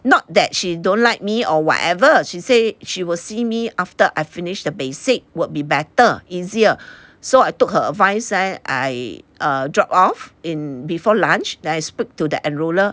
not that she don't like me or whatever she say she will see me after I finish the basic would be better easier so I took her advice I I err drop off in before lunch then I speak to the enroller